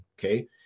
Okay